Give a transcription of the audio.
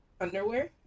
underwear